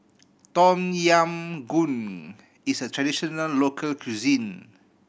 Tom Yam Goong is a traditional local cuisine